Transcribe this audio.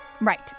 Right